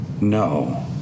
No